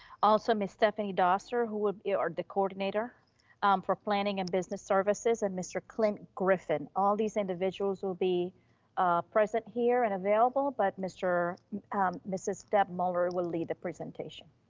also ms. stephanie doster, who would be ah ah the coordinator for planning and business services. and mr. clint griffin. all these individuals will be present here and available, but mrs. deb muller will lead the presentation.